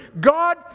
God